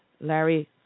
Larry